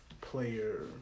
player